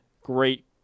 Great